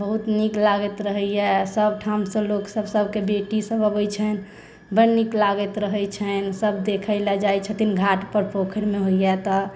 बहुत नीक लागैत रहैया सभ ठामसँ लोक सभ सभके बेटी सभ अबैत छन्हि बड्ड नीक लागैत रहैत छन्हि सभ देखै लए जाइत छथिन घाट पर पोखरिमे होइया तऽ